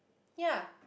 ya